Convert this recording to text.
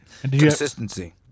consistency